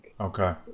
Okay